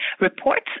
reports